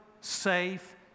safe